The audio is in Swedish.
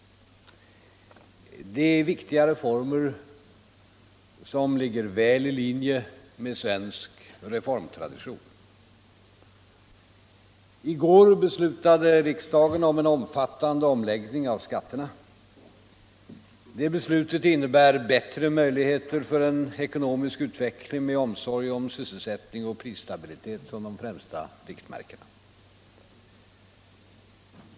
Det är viktiga reformer, som ligger väl i linje med svensk reformtradition. I dag har riksdagen fattat beslut om en omfattande omläggning av skatterna. Det beslutet innebär bättre möjligheter för en ekonomisk utveckling, med omsorg om sysselsättning och prisstabilitet som de främsta riktmärkena.